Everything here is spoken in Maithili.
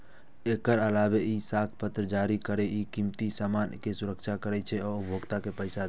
एकर अलावे ई साख पत्र जारी करै छै, कीमती सामान के सुरक्षा करै छै आ उपभोक्ता के पैसा दै छै